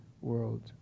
world